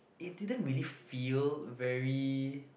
it didn't really feel very